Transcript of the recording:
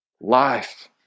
Life